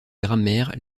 grammaire